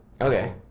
Okay